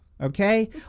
Okay